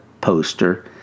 poster